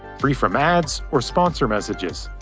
free from ads or sponsor messages.